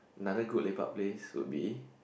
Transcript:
another good lepak place would be